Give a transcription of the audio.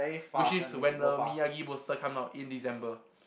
which is when the Miyagi poster come out in December